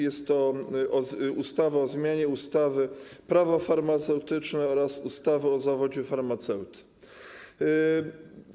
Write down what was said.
Jest to ustawa o zmianie ustawy - Prawo farmaceutyczne oraz ustawy o zawodzie farmaceuty.